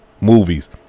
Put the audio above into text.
movies